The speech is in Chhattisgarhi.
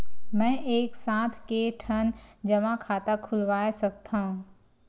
मैं एक साथ के ठन जमा खाता खुलवाय सकथव?